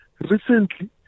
Recently